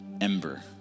ember